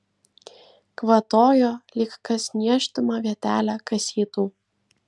kvatojo lyg kas niežtimą vietelę kasytų